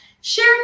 share